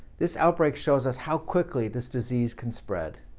this outbreak shows us how quickly this disease can spread.